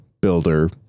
builder